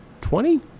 twenty